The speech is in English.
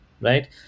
right